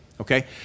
okay